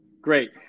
Great